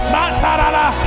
Masarala